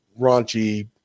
raunchy